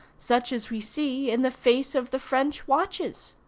such as we see in the face of the french watches.